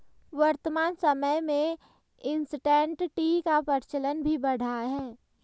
वर्तमान समय में इंसटैंट टी का प्रचलन भी बढ़ा है